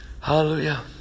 Hallelujah